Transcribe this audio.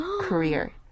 career